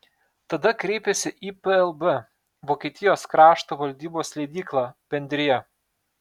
tada kreipėsi į plb vokietijos krašto valdybos leidyklą bendrija